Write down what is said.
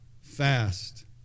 fast